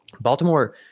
Baltimore